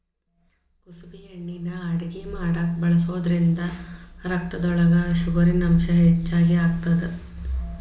ಕುಸಬಿ ಎಣ್ಣಿನಾ ಅಡಗಿ ಮಾಡಾಕ ಬಳಸೋದ್ರಿಂದ ರಕ್ತದೊಳಗ ಶುಗರಿನಂಶ ಹೆಚ್ಚಿಗಿ ಆಗತ್ತದ